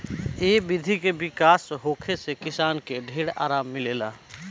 ए विधि के विकास होखे से किसान के ढेर आराम मिलल बा